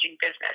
business